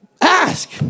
Ask